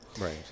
Right